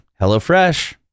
HelloFresh